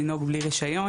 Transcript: לנהוג בלי רישיון,